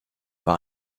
bei